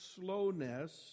slowness